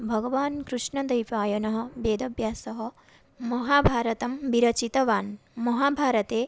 भगवान् कृष्णद्वैपायनः वेदव्यासः महाभारतं विरचितवान् महाभारते